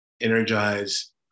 energize